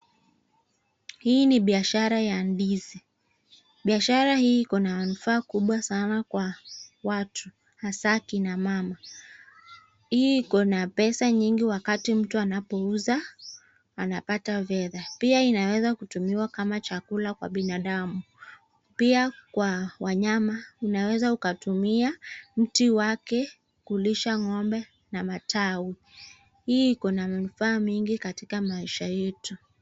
Hii ni biashara ya ndizi. Biashara hii iko na manufaa kubwa sana kwa watu, hasaa kina mama. Hii iko na pesa nyingi wakati mtu anapouza anapata fedha. Pia inaweza kutumiwa kama chakula kwa binadamu. Pia kwa wanyama unaweza ukatumia mti wake kulisha ngo'mbe na matawi. Hii iko na manufaa mingi katika maisha yetu.